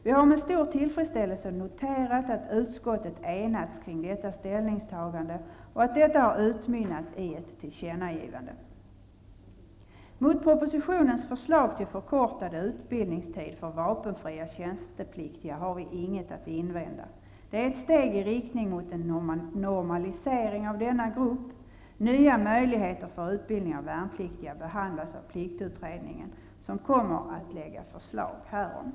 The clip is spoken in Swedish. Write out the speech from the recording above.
Vi har med stor tillfredsställelse noterat att utskottet enats kring detta ställningstagande och att detta har utmynnat i ett tillkännagivande. Mot propositionens förslag till förkortad utbildningstid för vapenfria tjänstepliktiga har vi inget att invända. Det är ett steg i riktning mot en normalisering av denna grupp. Nya möjligheter för utbildning av värnpliktiga behandlas av pliktutredningen, som kommer att lägga fram förslag härom.